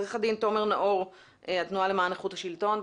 עו"ד תומר נאור מהתנועה למען איכות השלטון.